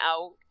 out